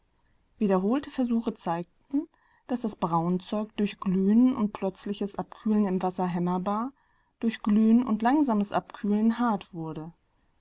wiederholte versuche zeigten daß das braunzeug durch glühen und plötzliches abkühlen im wasser hämmerbar durch glühen und langsames abkühlen hart wurde